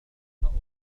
سأعطيك